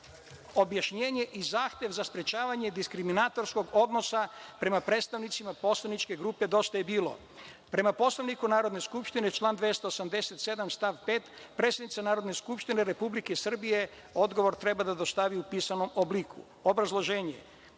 objašnjenje i zahtev za sprečavanje diskriminatorskog odnosa prema predstavnicima poslaničke grupe Dosta je bilo. Prema Poslovniku Narodne skupštine, član 287. stav 5. predsednica Narodne skupštine Republike Srbije odgovor treba da dostavi u pisanom oblikuObrazloženje